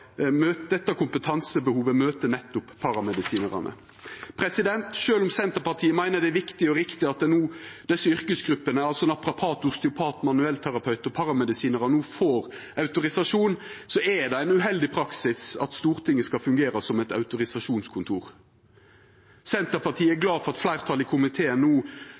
kompetansebehovet møter nettopp paramedisinarane. Sjølv om Senterpartiet meiner det er viktig og riktig at desse yrkesgruppene, altså naprapatar, osteopatar, manuellterapeutar og paramedisinarar, no får autorisasjon, er det ein uheldig praksis at Stortinget skal fungera som eit autorisasjonskontor. Senterpartiet er glad for at fleirtalet i komiteen no